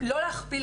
לא להכפיל,